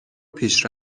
پیش